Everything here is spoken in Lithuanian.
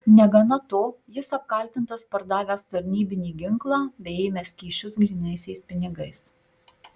negana to jis apkaltintas pardavęs tarnybinį ginklą bei ėmęs kyšius grynaisiais pinigais